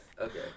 okay